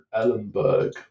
Ellenberg